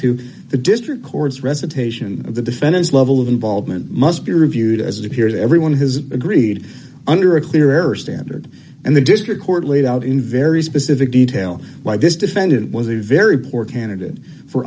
to the district courts reza taishan of the defendant's level of involvement must be reviewed as it appears everyone has agreed under a clear or standard and the district court laid out in very specific detail why this defendant was a very poor candidate for